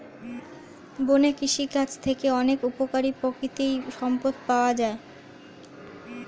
বনের কৃষিকাজ থেকে অনেক উপকারী প্রাকৃতিক সম্পদ পাওয়া যায়